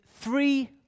three